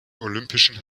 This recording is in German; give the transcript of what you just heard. olympischen